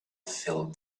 filled